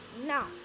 Now